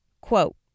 Quote